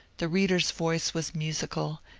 the read er's voice was musical,